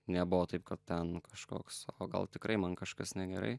nebuvo taip kad ten kažkoks o gal tikrai man kažkas negerai